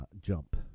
Jump